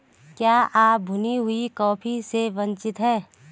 क्या आप भुनी हुई कॉफी से परिचित हैं?